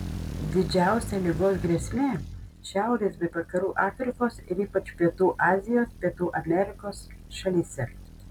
didžiausia ligos grėsmė šiaurės bei vakarų afrikos ir ypač pietų azijos pietų amerikos šalyse